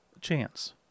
Chance